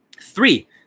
Three